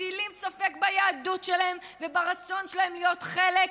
מטילים ספק ביהדות שלהם וברצון שלהם להיות חלק,